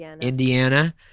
Indiana